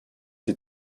sie